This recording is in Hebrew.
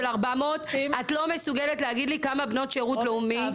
400. את לא מסוגלת להגיד לי כמה בנות שירות לאומי.